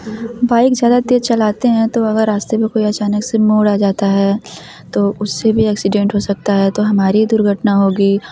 bike ज़्यादा तेज़ चलाते हैं तो अगर रास्ते में कोई अचानक से मोड़ आ जाता है तो उससे भी एक्सीडेंट हो सकता है तो हमारी दुर्घटना होगी